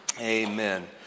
Amen